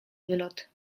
wylot